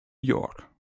york